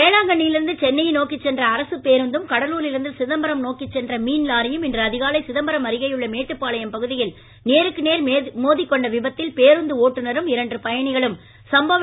வேளாங்கண்ணியிலிருந்து சென்னையை நோக்கிச் சென்ற அரசுப் பேருந்தும் கடலூாிலிருந்து சிதம்பரம் நோக்கிச் சென்ற மீன் லாரியும் இன்று அதிகாலை சிதம்பரம் அருகேயுள்ள மேட்டுப்பாளையம் பகுதியில் நேருக்கு நேர் மோதிக்கொண்ட விபத்தில் பேருந்து ஓட்டுநரும் இரண்டு பயணிகளும் சம்பவ இடத்திலேயே உயிாிழந்தனர்